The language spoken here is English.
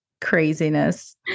craziness